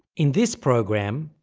in this program,